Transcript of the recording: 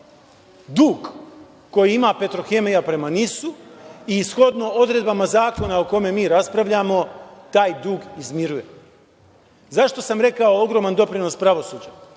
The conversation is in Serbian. dug koji ima Petrohemija prema NIS i shodno odredbama zakona o kome mi raspravljamo taj dug izmiruje.Zašto sam rekao ogroman doprinos pravosuđa?